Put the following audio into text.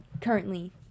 currently